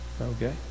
okay